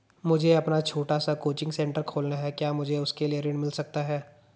मुझे अपना छोटा सा कोचिंग सेंटर खोलना है क्या मुझे उसके लिए ऋण मिल सकता है?